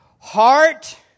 Heart